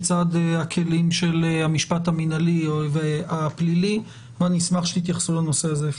לצד הכלים של המשפט המינהלי והפלילי ואני אשמח שתתייחסו לנושא הזה,